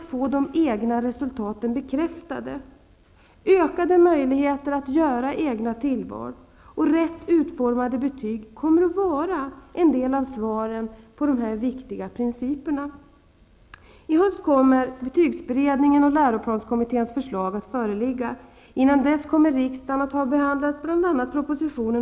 Detta och mycket annat skall läroplanskommittén fundera över.